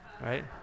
right